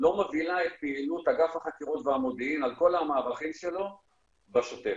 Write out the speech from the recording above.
לא מובילה את פעילות אגף החקירות והמודיעין על כל המערכים שלו בשוטף,